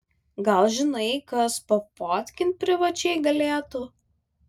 gal žinai kas pafotkint privačiai galėtų